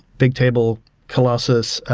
big table colossus